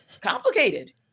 complicated